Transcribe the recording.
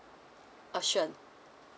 oh sure